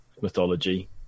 mythology